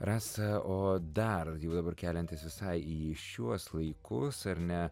rasa o dar jau dabar keliantis visai į šiuos laikus ar ne